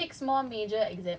but I finish four already